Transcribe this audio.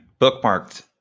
bookmarked